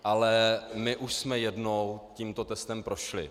Ale my už jsme jednou tímto testem prošli.